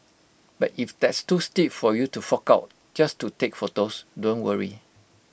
but if that's too stiff for you to fork out just to take photos don't worry